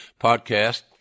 podcast